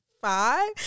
five